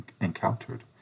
encountered